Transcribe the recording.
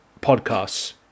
podcasts